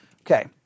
Okay